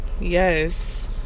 Yes